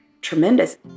tremendous